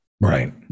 right